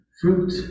fruit